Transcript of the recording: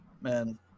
man